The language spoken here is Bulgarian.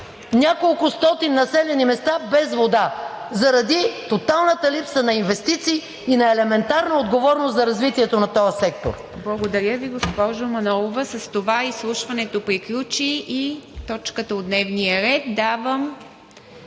няколкостотин населени места без вода, заради тоталната липса на инвестиции и на елементарна отговорност за развитието на този сектор.